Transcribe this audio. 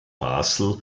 basel